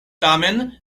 tamen